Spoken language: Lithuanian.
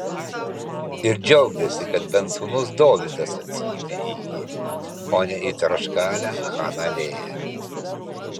ir džiaugėsi kad bent sūnus dovydas atsigimė į jį o ne į tarškalę chaną lėją